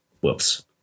whoops